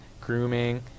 grooming